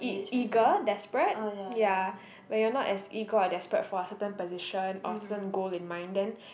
ea~ eager desperate ya when you're not as eager or desperate for a certain position or certain goal in mind then